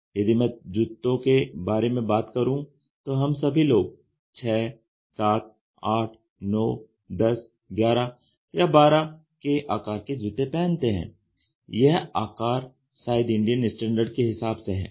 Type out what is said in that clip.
अब यदि मैं जूतों के बारे में बात करूँ तो हम सभी लोग 6 7 8 9 10 11 12 के आकार के जूते पहनते हैं यह आकार शायद इंडियन स्टैण्डर्ड के हिसाब से है